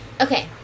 okay